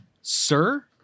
sir